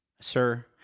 sir